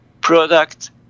product